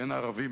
אין ערבים,